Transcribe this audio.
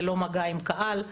ללא מגע עם קהל,